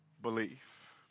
belief